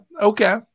okay